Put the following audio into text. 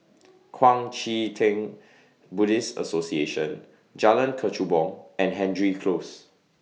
Kuang Chee Tng Buddhist Association Jalan Kechubong and Hendry Close